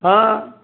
ਹਾਂ